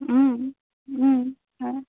হয়